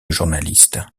journaliste